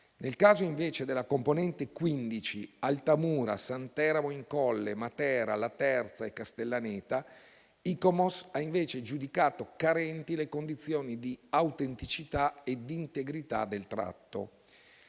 Nel caso invece della componente 15 (Altamura, Santeramo in Colle, Matera, Laterza e Castellaneta) ICOMOS ha invece giudicato carenti le condizioni di autenticità e di integrità del tratto.